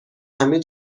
همه